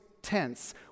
Tense